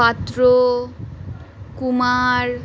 Patra Kumar